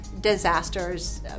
disasters